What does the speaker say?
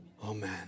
Amen